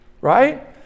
right